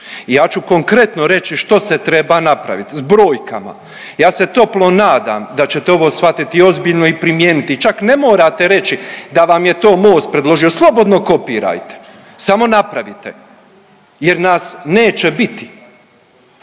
Ja ću konkretno reći što se treba napravit s brojkama. Ja se toplo nadam da ćete ovo shvatiti ozbiljno i primijeniti. Čak ne morate reći da vam je to Most predložio, slobodno kopirajte samo napravite jer nas neće biti.